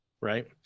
right